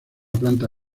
planta